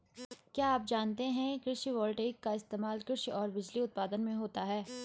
क्या आप जानते है कृषि वोल्टेइक का इस्तेमाल कृषि और बिजली उत्पादन में होता है?